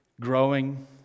growing